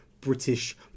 British